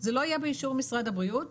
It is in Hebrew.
זה לא יהיה באישור משרד הבריאות,